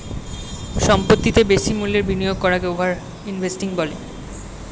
সম্পত্তিতে বেশি মূল্যের বিনিয়োগ করাকে ওভার ইনভেস্টিং বলে